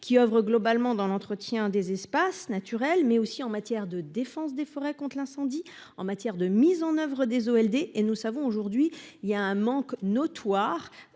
qui oeuvrent globalement dans l'entretien des espaces naturels, mais aussi en matière de défense des forêts compte l'incendie en matière de mise en oeuvre des eaux Elder et nous savons aujourd'hui, il y a un manque notoire